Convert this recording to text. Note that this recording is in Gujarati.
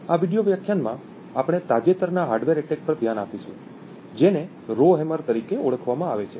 આ વિડિઓ વ્યાખ્યાનમાં આપણે તાજેતરના હાર્ડવેર એટેક પર ધ્યાન આપીશું જેને રોહેમર તરીકે ઓળખવામાં આવે છે